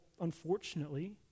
unfortunately